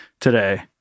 Today